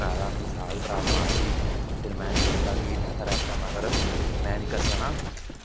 operation कराए दा हा मिगी साह् दी प्रावल्म आरदी ही फिर मे केह् कीता कि में सर में नेई करी सकना ते